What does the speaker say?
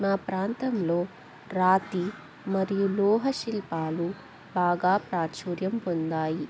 మా ప్రాంతంలో రాతి మరియు లోహ శిల్పాలు బాగా ప్రాచుర్యం పొందాయి